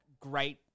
great